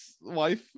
wife